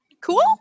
Cool